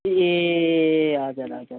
ए हजुर हजुर हजुर